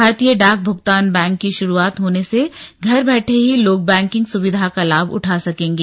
भारतीय डाक भूगतान बैंक की शुरुआत होने से घर बैठे ही लोग बैंकिंग सुविधा का लाभ उठा सकेंगे